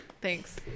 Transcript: Thanks